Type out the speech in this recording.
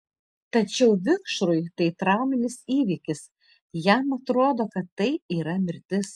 tačiau vikšrui tai trauminis įvykis jam atrodo kad tai yra mirtis